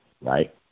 right